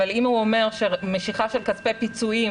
אבל אם הוא אומר שמשיכה של כספי פיצויים